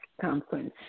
Conference